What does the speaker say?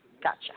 Gotcha